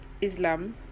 Islam